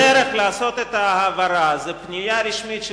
הדרך לעשות את ההעברה זו פנייה רשמית של